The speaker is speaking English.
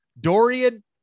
Dorian